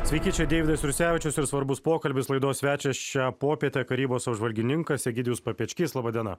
sveiki čia deividas jursevičius ir svarbus pokalbis laidos svečias šią popietę karybos apžvalgininkas egidijus papečkys laba diena